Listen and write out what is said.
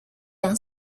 yang